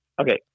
Okay